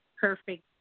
perfect